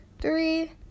three